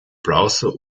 browser